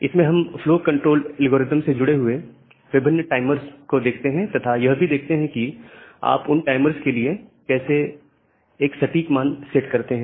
इसमें हम flow control algorithm से जुड़े हुए विभिन्न टाइमर्स को देखते हैं तथा यह भी देखते हैं कि आप उन टाइमर्स के लिए एक सटीक मान कैसे सेट करते हैं